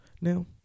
Now